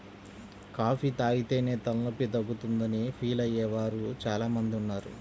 coffee తాగితేనే తలనొప్పి తగ్గుతుందని ఫీల్ అయ్యే వారు చాలా మంది ఉన్నారు